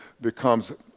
becomes